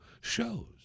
shows